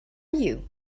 you